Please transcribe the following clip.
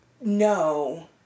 No